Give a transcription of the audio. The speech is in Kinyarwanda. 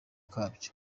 kabyo